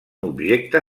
objecte